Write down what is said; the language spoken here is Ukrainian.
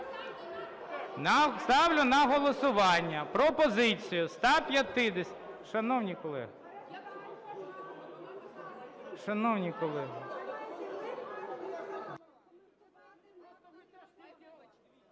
ставлю на голосування пропозицію 150... Шановні колеги!